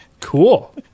Cool